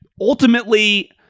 ultimately